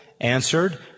answered